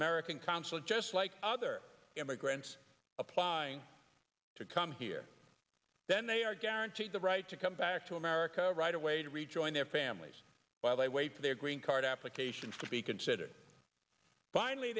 american consulate just like other immigrants applying to come here then they are guaranteed the right to come back to america right away to rejoin their families while they wait for their green card applications to be considered finally